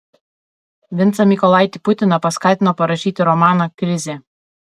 vincą mykolaitį putiną paskatino parašyti romaną krizė